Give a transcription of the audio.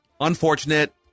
unfortunate